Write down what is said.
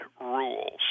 rules